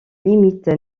limite